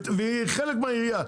והיא חלק מהעירייה,